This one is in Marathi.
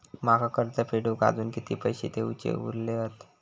माका कर्ज फेडूक आजुन किती पैशे देऊचे उरले हत?